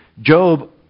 Job